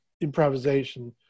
improvisation